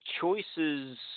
choices